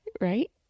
right